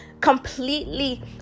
completely